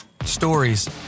Stories